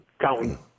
counting